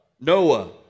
Noah